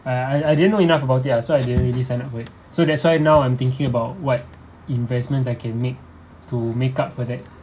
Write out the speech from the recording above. uh I I didn't know enough about it ah so I didn't really sign up for it so that's why now I'm thinking about what investments I can make to make up for that